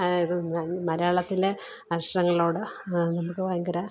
ഇതും മലയാളത്തിലെ അക്ഷരങ്ങളോട് നമുക്ക് ഭയങ്കര